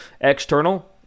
external